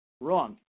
Wrong